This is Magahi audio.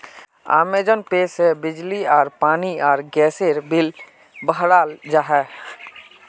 अमेज़न पे से बिजली आर पानी आर गसेर बिल बहराल जाहा